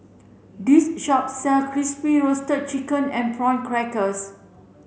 this shop sell crispy roasted chicken with prawn crackers